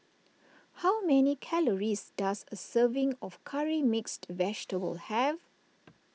how many calories does a serving of Curry Mixed Vegetable have